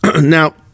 Now